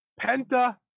Penta